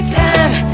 time